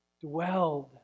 dwelled